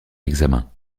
examen